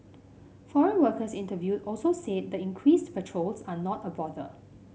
foreign workers interviewed also said the increased patrols are not a bother